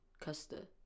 Custard